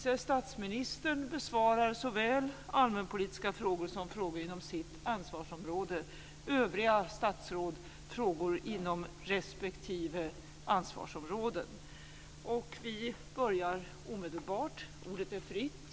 Vice statsministern besvarar såväl allmänpolitiska frågor som frågor inom sitt ansvarsområde. Övriga statsråd besvarar frågor inom sina respektive ansvarsområden. Vi börjar omedelbart. Ordet är fritt.